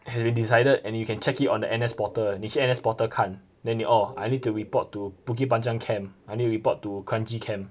has been decided and you can check it on the N_S portal 你去 N_S portal 看 then you oh I need to report to bukit panjang camp I need to report to kranji camp